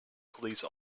police